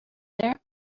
there